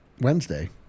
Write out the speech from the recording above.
Wednesday